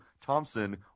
Thompson